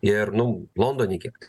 ir nu londone kiek